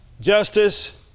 Justice